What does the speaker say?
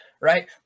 right